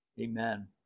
amen